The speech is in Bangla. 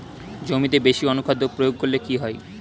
জমিতে বেশি অনুখাদ্য প্রয়োগ করলে কি হয়?